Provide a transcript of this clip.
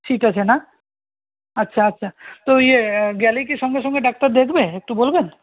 seat আছে না আচ্ছা আচ্ছা তো ইয়ে গেলেই কি সঙ্গে সঙ্গেই ডাক্তার দেখবে একটু বলবেন